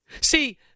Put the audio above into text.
See